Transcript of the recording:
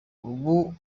ubu